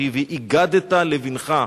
שהיא: "והגדת לבנך".